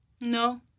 No